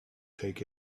take